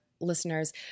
listeners